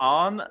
on